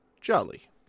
Jolly